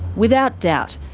without doubt,